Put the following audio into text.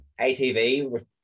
ATV